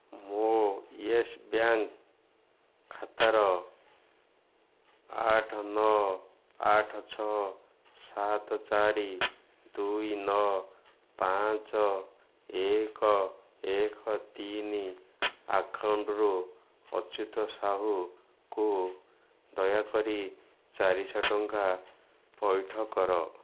ମୋ Yes Bank ଖାତାର ଆଠ ନଅ ଆଠ ଛଅ ସାତ ଚାରି ଦୁଇ ନଅ ପାଞ୍ଚ ଏକ ଏକ ତିନି ଆକାଉଣ୍ଟରୁ ଅଚ୍ୟୁତ ସାହୁକୁ ଦୟାକରି ଚାରିଶହ ଟଙ୍କା ପଇଠ କର